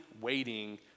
waiting